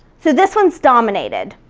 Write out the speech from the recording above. so this one's dominated.